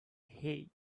hay